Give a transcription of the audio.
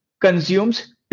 consumes